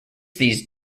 these